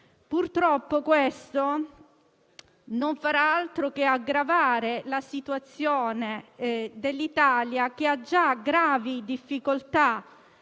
Purtroppo questo non farà altro che aggravare la situazione dell'Italia, che ha già serie difficoltà